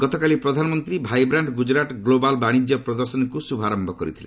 ଗତକାଲି ପ୍ରଧାନମନ୍ତ୍ରୀ vibrant global ବାଣିଜ୍ୟ ପ୍ରଦର୍ଶନୀକୁ ଶୁଭାରମ୍ଭ କରିଥିଲେ